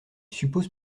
supposent